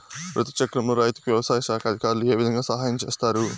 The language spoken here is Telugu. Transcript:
రుతు చక్రంలో రైతుకు వ్యవసాయ శాఖ అధికారులు ఏ విధంగా సహాయం చేస్తారు?